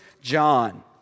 John